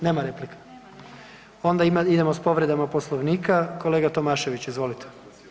Nema replika? [[Upadica iz klupe: Nema, nema]] Onda idemo s povredama Poslovnika, kolega Tomašević izvolite.